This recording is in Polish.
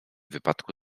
wypadku